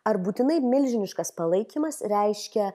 ar būtinai milžiniškas palaikymas reiškia